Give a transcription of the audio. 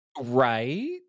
Right